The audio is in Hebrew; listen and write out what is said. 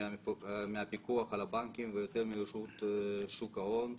את האפשרות לכלול בהגדרתו של מונופולין לא רק את כוח השוק החד צדדי,